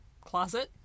closet